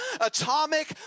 atomic